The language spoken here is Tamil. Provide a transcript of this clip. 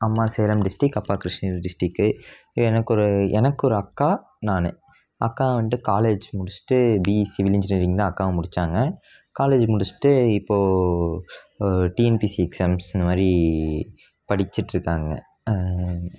அம்மா சேலம் டிஸ்டிரிக்ட் அப்பா கிருஷ்ணகிரி டிஸ்டிரிக்ட் எனக்கு ஒரு எனக்கு ஒரு அக்கா நான் அக்கா வந்துட்டு காலேஜ் முடிச்சுட்டு பிஇ சிவில் இன்ஜினியரிங் தான் அக்காவும் முடித்தாங்க காலேஜ் முடிச்சுட்டு இப்போது டிஎன்பிஎஸ்சி எக்ஸாம்ஸ் இந்த மாதிரி படிச்சுட்ருக்காங்க